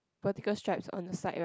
vertical stripes on the side right